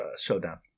showdown